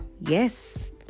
yes